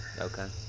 Okay